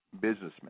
businessmen